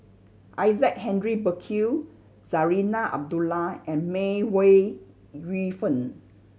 Isaac Henry Burkill Zarinah Abdullah and May Ooi Yu Fen